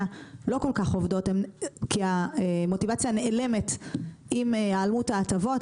לא כל כך עובדות כי המוטיבציה נעלמת עם היעלמות ההטבות,